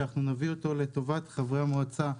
שנביא אותו לטובת חברי המועצה,